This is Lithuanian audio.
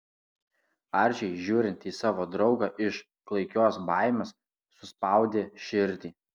arčiui žiūrint į savo draugą iš klaikios baimės suspaudė širdį